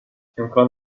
امکان